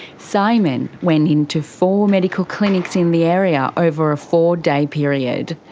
simon went in to four medical clinics in the area over a four-day period.